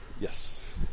Yes